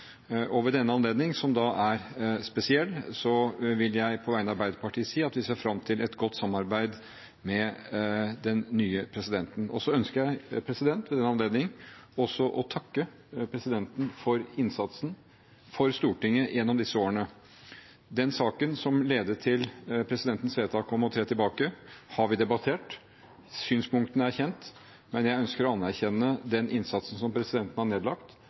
president. Ved denne anledning, som da er spesiell, vil jeg på vegne av Arbeiderpartiet si at vi ser fram til et godt samarbeid med den nye presidenten. Så ønsker jeg ved denne anledning også å takke presidenten for innsatsen for Stortinget gjennom disse årene. Den saken som ledet til presidentens vedtak om å tre tilbake, har vi debattert, synspunktene er kjent. Jeg ønsker å anerkjenne den innsatsen presidenten har nedlagt.